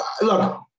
look